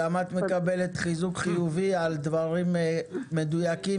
גם את מקבלת חיזוק חיובי על דברים מדויקים,